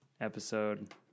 episode